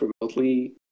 remotely